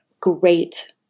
great